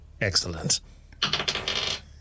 Excellent